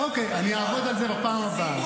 אני אעבוד על זה לפעם הבאה.